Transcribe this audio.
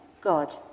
God